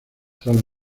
tras